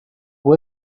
può